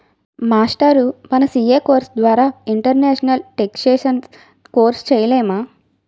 మాస్టారూ మన CA course ద్వారా ఇంటర్నేషనల్ టేక్సేషన్ కోర్సు సేయలేమా